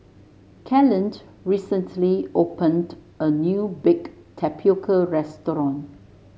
Kellen recently opened a new bake tapioca restaurant